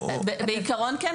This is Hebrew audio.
בעקרון כן.